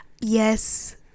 yes